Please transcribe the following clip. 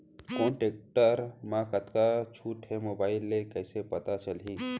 कोन टेकटर म कतका छूट हे, मोबाईल ले कइसे पता चलही?